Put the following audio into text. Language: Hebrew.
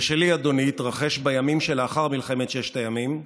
ושלי, אדוני, התרחש בימים שלאחר מלחמת ששת הימים,